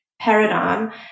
paradigm